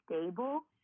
stable